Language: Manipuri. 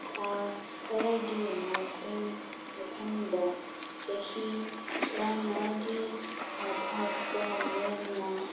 ꯊꯥ ꯈꯔꯒꯤ ꯃꯇꯨꯡ ꯃꯊꯪꯗ ꯆꯍꯤ ꯇꯔꯥꯃꯉꯥꯒꯤ ꯃꯊꯛꯇ ꯂꯦꯝꯅ